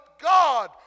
God